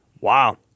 Wow